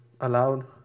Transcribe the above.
allowed